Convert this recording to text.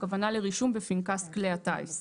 הכוונה לרישום בפנקס כלי הטיס.